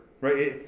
right